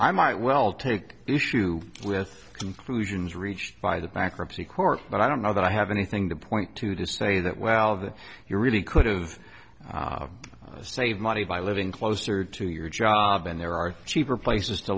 i might well take issue with conclusions reached by the bankruptcy court but i don't know that i have anything to point to to say that well that you really could've saved money by living closer to your job and there are places to